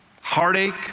heartache